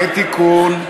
יהיה תיקון.